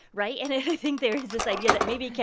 right? and i think there is this idea that maybe.